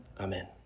Amen